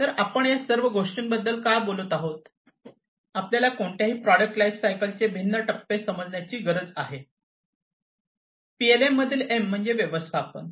तर आपण या सर्व गोष्टींबद्दल का बोलत आहोत आपल्याला कोणत्याही प्रॉटडक्ट लाइफसायकलचे भिन्न टप्पे समजण्याची गरज आहे पीएलएम मधील एम म्हणजे व्यवस्थापन